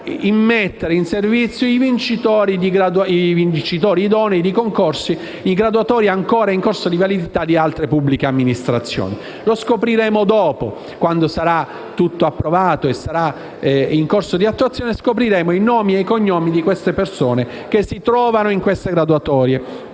immettere in servizio gli idonei di concorsi in graduatorie ancora in corso di validità di altre pubbliche amministrazioni. Lo scopriremo dopo; quando sarà tutto approvato e sarà in corso di attuazione, scopriremo nomi e cognomi delle persone che si trovano in queste graduatorie.